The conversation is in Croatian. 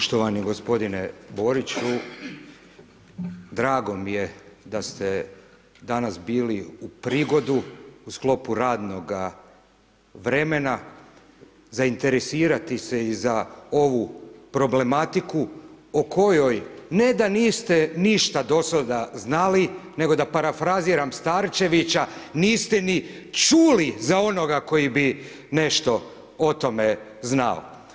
Poštovani gospodine Boriću, drago mi je da ste danas bili u prigodu u sklopu radnoga vremena zainteresirati se i za ovu problematiku o kojoj ne da niste ništa do sada znali, nego da parafraziram Starčevića, niste ni čuli za onoga koji bi nešto o tome znao.